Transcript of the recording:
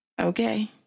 okay